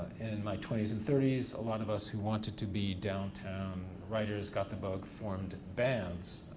in my twenty s and thirty s, a lot of us who wanted to be downtown writers got the book, formed bands,